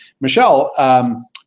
Michelle